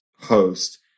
host